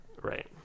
Right